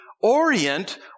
orient